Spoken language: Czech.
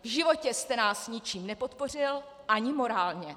V životě jste nás ničím nepodpořil, ani morálně!